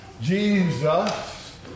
Jesus